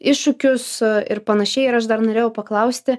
iššūkius ir panašiai ir aš dar norėjau paklausti